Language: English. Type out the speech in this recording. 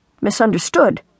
misunderstood